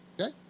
Okay